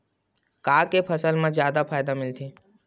का के फसल मा जादा फ़ायदा मिलथे?